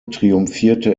triumphierte